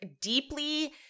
deeply